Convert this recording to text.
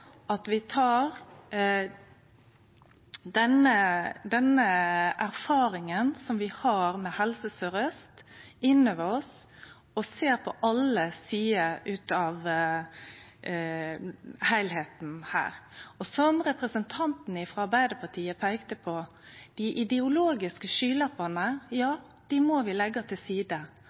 at vi tek denne erfaringa vi har med Helse Sør-Aust, inn over oss og ser på alle sider av heilskapen her. Som representanten frå Arbeidarpartiet peikte på, må vi leggje dei ideologiske skylappane til side. Vi er nøydde til å ta ei heilskapleg vurdering. Vi er òg nøydde til